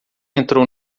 entrou